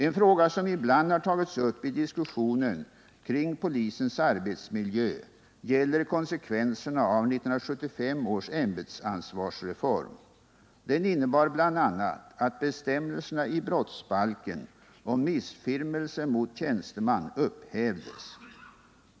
En fråga som ibland har tagits upp i diskussionen kring polisens arbetsmiljö gäller konsekvenserna av 1975 års ämbetsansvarsreform. Den innebar bl.a. att bestämmelserna i brottsbalken om missfirmelse mot tjänsteman upphävdes.